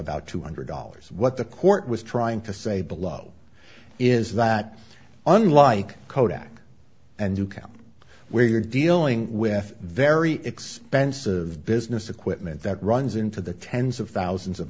about two hundred dollars what the court was trying to say below is that unlike kodak and you can where you're dealing with very expensive business equipment that runs into the tens of thousands of